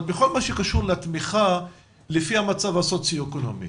אבל בכל מה שקשור לתמיכה לפי המצב הסוציו אקונומי,